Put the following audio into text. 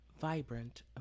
Vibrant